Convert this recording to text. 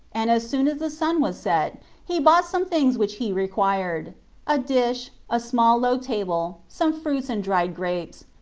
and as soon as the sun was set he bought some things which he required a dish, a small low table, some fruits and dried grapes,